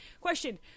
Question